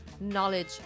knowledge